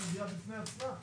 סוגיה בפני עצמה.